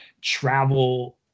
travel